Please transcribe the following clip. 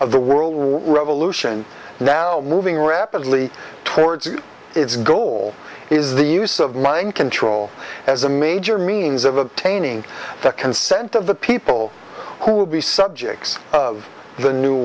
of the world revolution now moving rapidly towards its goal is the use of mind control as a major means of obtaining the consent of the people who will be subjects of the new